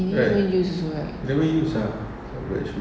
he never uses [what]